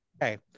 Okay